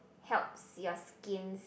helps your skin